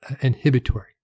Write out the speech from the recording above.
inhibitory